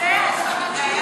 זה היה בכלכלה.